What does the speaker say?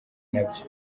nabyo